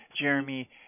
Jeremy